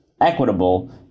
equitable